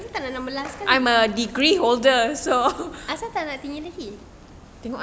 asal tak nak enam belas sekali asal tak nak tinggi lagi